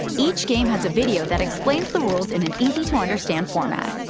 each game has a video that explains the rules in an easy-to-understand format.